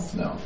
no